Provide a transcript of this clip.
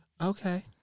Okay